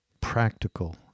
practical